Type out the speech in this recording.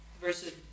versus